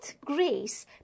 grace